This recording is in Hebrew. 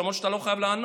למרות שאתה לא חייב לענות: